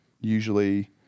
usually